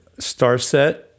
Starset